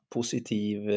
Positiv